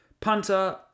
Punter